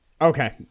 Okay